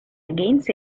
against